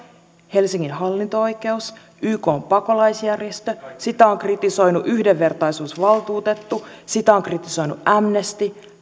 helsingin hallinto oikeus ykn pakolaisjärjestö sitä on kritisoinut yhdenvertaisuusvaltuutettu sitä ovat kritisoineet amnesty